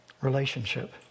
relationship